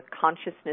consciousness